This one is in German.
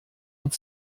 und